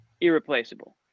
irreplaceable